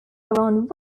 around